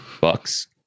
Bucks